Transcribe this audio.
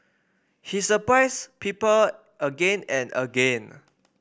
he surprised people again and again